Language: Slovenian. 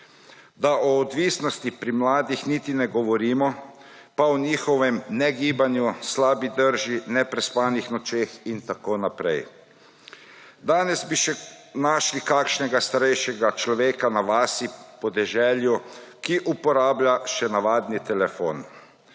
Da o odvisnosti pri mladih niti ne govorimo in o njihovem negibanju, slabi drži, neprespanih nočeh in tako naprej. Danes bi še našli kakšnega starejšega človeka na vasi, podeželju, ki uporablja še navadni telefon,